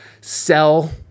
sell